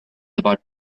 about